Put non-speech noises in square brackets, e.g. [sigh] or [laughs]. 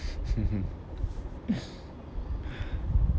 mmhmm [laughs]